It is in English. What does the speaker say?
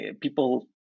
people